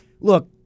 look